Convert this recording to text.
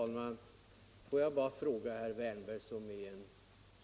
Fru talman! Får jag bara fråga herr Wärnberg, som är